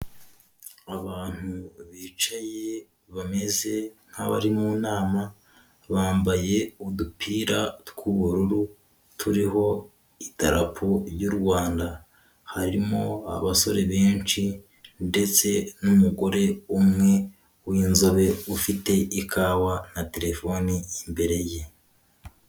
Abantu bicaye bameze nk'abari mu nama bambaye udupira tw'ubururu turiho idarapo ry'u Rwanda, hari mo abasore benshi ndetse n'umugore umwe w'inzobe ufite ikawa na telefoni imbere ye.